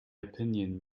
opinion